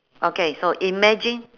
okay so imagine